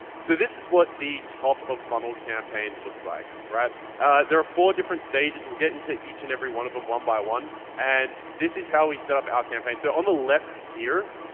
so this is what the top of funnel campaign looks like. there are four different stages, we'll get into each and every one of them one by one. and this is how we set up our campaign. so on the left here,